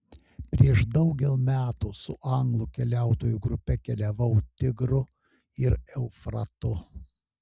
prieš daugel metų su anglų keliautojų grupe keliavau tigru ir eufratu